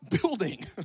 building